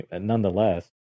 nonetheless